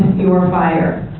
your fire,